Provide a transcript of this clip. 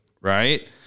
right